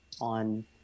on